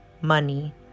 money